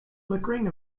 flickering